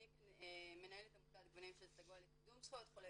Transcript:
אני כמנהלת עמותת גוונים של סגול לקידום זכויות חולי